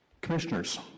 Commissioners